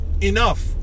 Enough